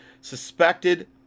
suspected